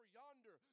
yonder